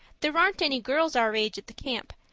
there aren't any girls our age at the camp,